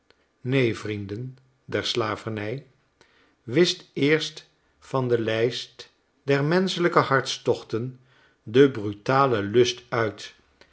neen vrienden der slavernij wischt eerst van de lijst der menschelijke hartstochten den brutalen lust uit